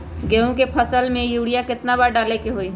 गेंहू के एक फसल में यूरिया केतना बार डाले के होई?